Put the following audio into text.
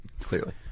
Clearly